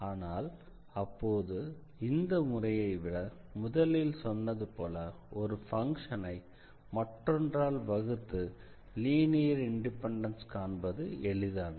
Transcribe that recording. ஆனால் அப்போது இந்த முறையை விட முதலில் சொன்னது போல ஒரு பங்க்ஷனை மற்றொன்றால் வகுத்து லீனியர் இண்டிபெண்டன்ஸ் காண்பது எளிதானது